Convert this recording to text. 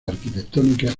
arquitectónicas